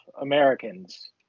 Americans